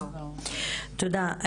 תודה.